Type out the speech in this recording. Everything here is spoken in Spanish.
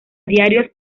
diarios